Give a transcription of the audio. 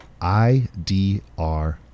IDR